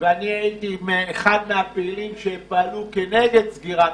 ואני הייתי אחד מהפעילים כנגד סגירת